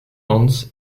hans